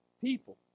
people